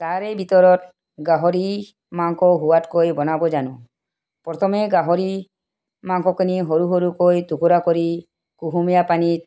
তাৰে ভিতৰত গাহৰি মাংস সোৱাদকৈ বনাব জানো প্ৰথমে গাহৰি মাংসখিনি সৰু সৰুকৈ টুকুৰা কৰি কুহুমীয়া পানীত